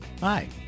Hi